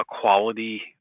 quality